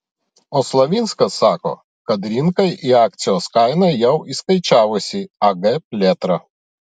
o slavinskas sako kad rinka į akcijos kainą jau įskaičiavusi ag plėtrą